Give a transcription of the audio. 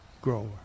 grower